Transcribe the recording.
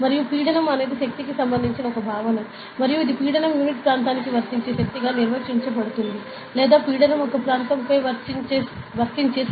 మరియు పీడనం అనేది శక్తికి సంబంధించిన ఒక భావన మరియు ఇది పీడనం యూనిట్ ప్రాంతానికి వర్తించే శక్తిగా నిర్వచించబడుతుంది లేదా పీడనం ఒక ప్రాంతంపై వర్తించే శక్తి